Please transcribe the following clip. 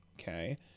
Okay